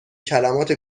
کلمات